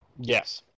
Yes